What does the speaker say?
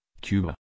Cuba